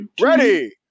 Ready